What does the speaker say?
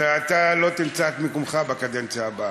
אתה לא תמצא את מקומך בקדנציה הבאה.